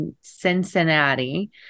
Cincinnati